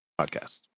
podcast